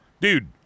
dude